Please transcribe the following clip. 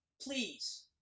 Please